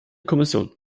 kommission